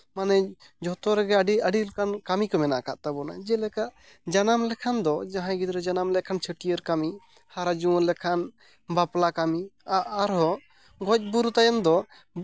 ᱢᱟᱱᱮ ᱡᱚᱛ ᱨᱮᱜᱮ ᱟᱹᱰᱤ ᱟᱹᱰᱤ ᱞᱮᱠᱟᱱ ᱠᱟᱹᱢᱤ ᱠᱚ ᱢᱮᱱᱟᱜ ᱟᱠᱟᱫ ᱛᱟᱵᱳᱱᱟ ᱡᱮᱞᱮᱠᱟ ᱡᱟᱱᱟᱢ ᱞᱮᱠᱷᱟᱱ ᱫᱚ ᱡᱟᱦᱟᱸᱭ ᱜᱤᱫᱽᱨᱟᱹ ᱡᱟᱱᱟᱢ ᱞᱮᱠᱷᱟᱱ ᱪᱷᱟᱹᱴᱭᱟᱹᱨ ᱠᱟᱹᱢᱤ ᱦᱟᱨᱟ ᱡᱩᱣᱟᱹᱱ ᱞᱮᱱᱠᱷᱟᱱ ᱵᱟᱯᱞᱟ ᱠᱟᱹᱢᱤ ᱟᱨᱦᱚᱸ ᱜᱚᱡᱽ ᱜᱩᱨᱩ ᱛᱟᱭᱚᱢ ᱫᱚ